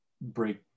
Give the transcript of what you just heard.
break